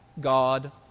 God